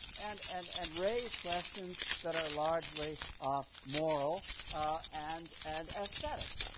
and and and raise questions that are largely ah moral and and esthetic.